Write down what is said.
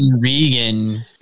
Regan